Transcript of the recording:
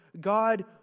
God